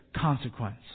consequence